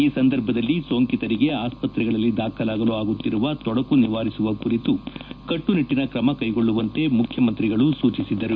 ಈ ಸಂದರ್ಭದಲ್ಲಿ ಸೋಂಕಿತರಿಗೆ ಆಸ್ತತ್ರೆಗಳಲ್ಲಿ ದಾಖಲಾಗಲು ಆಗುತ್ತಿರುವ ತೊಡಕು ನಿವಾರಿಸುವ ಕುರಿತು ಕಟ್ಸುನಿಟ್ಲನ ತ್ರಮ ಕೈಗೊಳ್ಳುವಂತೆ ಮುಖ್ಯಮಂತ್ರಿಗಳು ಸೂಚಿಸಿದರು